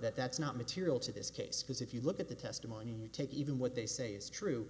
that that's not material to this case because if you look at the testimony you take even what they say is true